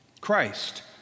Christ